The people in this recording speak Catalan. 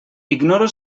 ignoro